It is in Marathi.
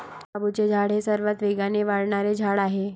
बांबूचे झाड हे सर्वात वेगाने वाढणारे झाड आहे